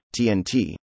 TNT